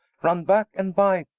run backe and bite,